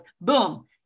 boom